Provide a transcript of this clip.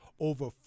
Over